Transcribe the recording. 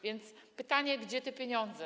Więc pytanie: Gdzie są te pieniądze?